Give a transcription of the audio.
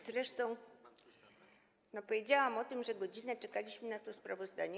Zresztą powiedziałam o tym, że godzinę czekaliśmy na to sprawozdanie.